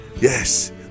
Yes